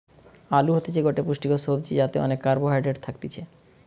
আলু হতিছে গটে পুষ্টিকর সবজি যাতে অনেক কার্বহাইড্রেট থাকতিছে